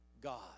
God